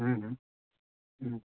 हुँ हुँ हुँ